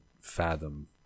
fathom